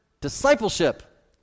discipleship